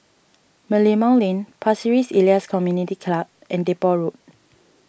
Merlimau Lane Pasir Ris Elias Community Club and Depot Road